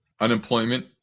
unemployment